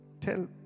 tell